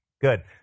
Good